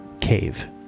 cave